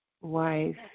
wife